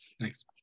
Thanks